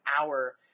hour